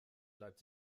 bleibt